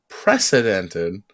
precedented